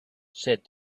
said